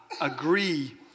agree